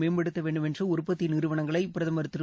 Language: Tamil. மேம்படுத்த வேண்டும் என்று உற்பத்தி நிறுவனங்களை பிரதமர் திரு